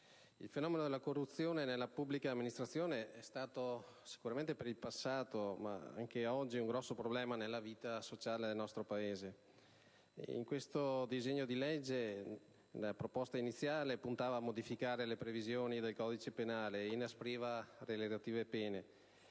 il fenomeno della corruzione nella pubblica amministrazione è stato sicuramente per il passato, ma lo è ancora oggi, un grosso problema nella vita sociale del nostro Paese. La proposta iniziale del disegno di legge puntava a modificare le previsioni del codice penale e inaspriva le relative pene.